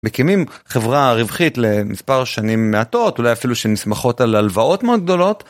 מקימים חברה רווחית למספר שנים מעטות, אולי אפילו שנסמכות על הלוואות מאוד גדולות.